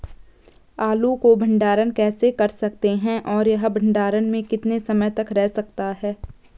आलू को भंडारण कैसे कर सकते हैं और यह भंडारण में कितने समय तक रह सकता है?